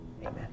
Amen